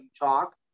talk